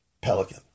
Pelican